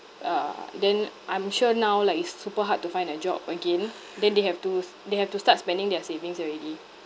uh then I'm sure now like it's super hard to find a job again then they have to s~ they have to start spending their savings already